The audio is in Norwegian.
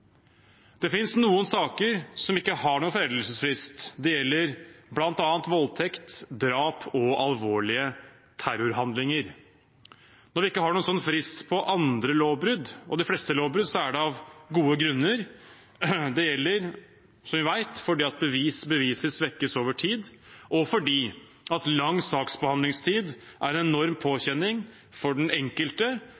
Det finnes noen saker som ikke har foreldelsesfrist, det gjelder bl.a. voldtekt, drap og alvorlige terrorhandlinger. Når vi ikke har noen slik frist på andre lovbrudd, de fleste lovbrudd, er det av gode grunner. Det er, som vi vet, fordi bevis svekkes over tid, og fordi lang saksbehandlingstid er en